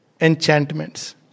enchantments